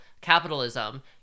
capitalism